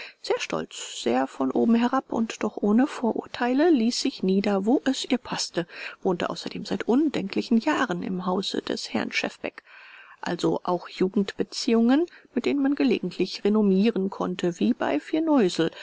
sehr stolz sehr von oben herab und doch ohne vorurteile ließ sich nieder wo es ihr paßte wohnte außerdem seit undenklichen jahren im hause des herrn schefbeck also auch jugendbeziehungen mit denen man gelegentlich renommieren konnte wie bei